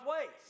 ways